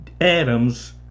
Adam's